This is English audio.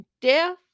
death